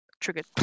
Triggered